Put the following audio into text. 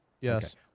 yes